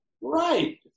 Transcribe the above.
Right